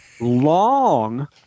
long